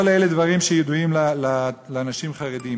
כל אלה דברים שידועים לאנשים חרדים.